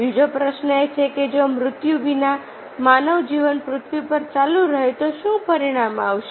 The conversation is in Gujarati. બીજો પ્રશ્ન એ છે કે જો મૃત્યુ વિના માનવ જીવન પૃથ્વી પર ચાલુ રહે તો શું પરિણામ આવશે